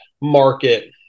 market